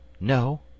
no